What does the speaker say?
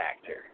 factor